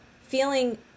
feeling